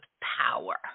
power